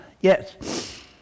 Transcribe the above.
yes